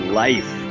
life